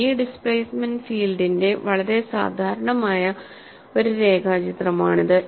V displacement ഫീൽഡിന്റെ വളരെ സാധാരണമായ ഒരു രേഖാചിത്രമാണിത്